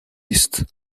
east